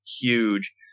huge